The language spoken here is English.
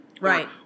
right